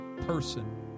person